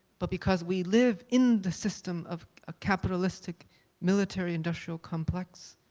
but because we live in the system of ah capitalistic military-industrial complex,